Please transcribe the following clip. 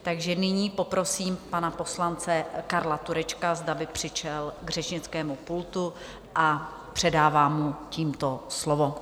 Takže nyní poprosím pana poslance Karla Turečka, zda by přišel k řečnickému pultu, a předávám mu tímto slovo.